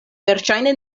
verŝajne